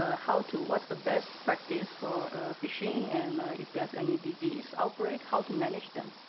ah how to what's the best practice for fishing and if there's any disease outbreak, how to manage them.